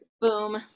Boom